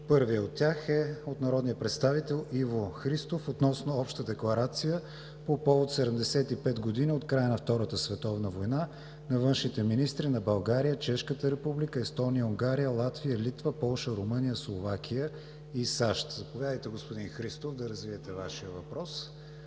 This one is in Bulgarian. Първият от тях е от народния представител Иво Христов относно обща Декларация по повод 75 години от края на Втората световна война на външните министри на България, Чешката република, Естония, Унгария, Латвия, Литва, Полша, Румъния, Словакия и САЩ. Заповядайте, господин Христов, да развиете Вашия въпрос